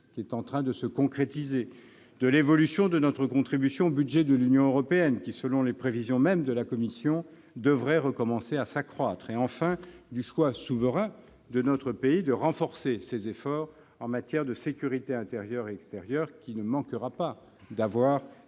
qui est en train de se concrétiser, de l'évolution de notre contribution au budget de l'Union européenne qui, selon les prévisions mêmes de la Commission, devrait recommencer à s'accroître et, enfin, du choix souverain de notre pays de renforcer ses efforts en matière de sécurité intérieure et extérieure, ce qui ne manquera pas d'avoir